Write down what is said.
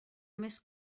més